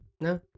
no